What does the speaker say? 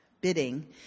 Bidding